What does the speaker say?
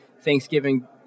Thanksgiving